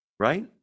right